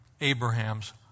Abraham's